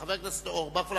חבר הכנסת אורבך,